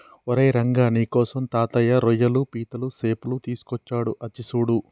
ఓరై రంగ నీకోసం తాతయ్య రోయ్యలు పీతలు సేపలు తీసుకొచ్చాడు అచ్చి సూడు